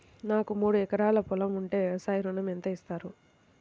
నాకు మూడు ఎకరాలు పొలం ఉంటే వ్యవసాయ ఋణం ఎంత ఇస్తారు?